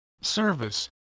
service